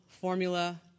formula